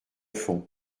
fond